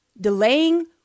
delaying